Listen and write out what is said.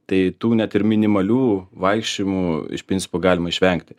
tai tų net ir minimalių vaikščiojimų iš principo galima išvengti